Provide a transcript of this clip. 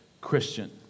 Christian